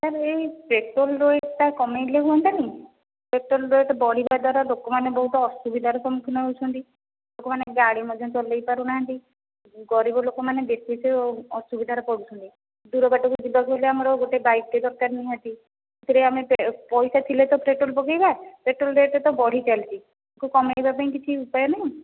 sir ଏଇ petrol rate ଟା କମେଇଲେ ହୁଅନ୍ତାନି ପେଟ୍ରୋଲ ରେଟ୍ ବଢ଼ିବା ଦ୍ୱାରା ଲୋକମାନେ ବହୁତ ଅସୁବିଧାରେ ସମ୍ମୁଖିନ ହେଉଛନ୍ତି ଲୋକମାନେ ଗାଡ଼ି ମଧ୍ୟ ଚଲେଇ ପାରୁନାହାନ୍ତି ଗରିବ ଲୋକମାନେ ବିଶେଷ ଅସୁବିଧାରେ ପଡ଼ୁଛନ୍ତି ଦୂର ବାଟକୁ ଯିବାକୁ ହେଲେ ଆମର ଗୋଟେ ବାଇକଟେ ଦରକାର ନିହାତି ସେଥିରେ ଆମେ ପଇସା ଥିଲେ ତ ପେଟ୍ରୋଲ ପକେଇବା ପେଟ୍ରୋଲ ରେଟ୍ ତ ବଢ଼ି ଚାଲିଛି ତାକୁ କମେଇବା ପାଇଁ କିଛି ଉପାୟ ନାହିଁ